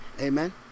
Amen